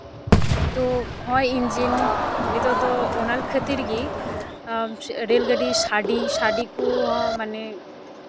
ᱛᱳ ᱦᱚᱸᱜᱼᱚᱭ ᱤᱧᱡᱤᱱ ᱱᱤᱛᱚᱜ ᱫᱚ ᱚᱱᱟ ᱠᱷᱟᱹᱛᱤᱨ ᱜᱮ ᱨᱮᱹᱞ ᱜᱟᱹᱰᱤ ᱥᱟᱰᱮ ᱥᱟᱰᱮ ᱠᱚ ᱢᱟᱱᱮ